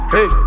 Hey